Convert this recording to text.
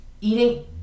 eating